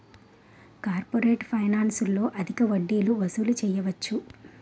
corporate ఫైనాన్స్లో అధిక వడ్డీలు వసూలు చేయవచ్చు